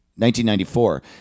1994